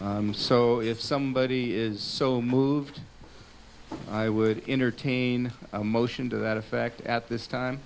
i'm so if somebody is so moved i would entertain a motion to that effect at this time